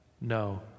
No